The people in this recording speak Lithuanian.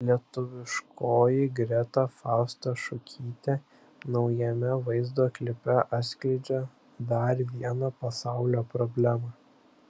lietuviškoji greta fausta šukytė naujame vaizdo klipe atskleidžia dar vieną pasaulio problemą